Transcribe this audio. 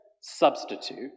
substitute